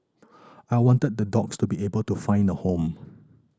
I wanted the dogs to be able to find a home